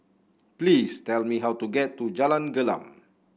please tell me how to get to Jalan Gelam